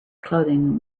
clothing